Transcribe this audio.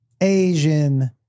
Asian